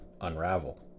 unravel